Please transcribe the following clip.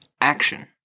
Action